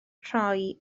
rhoi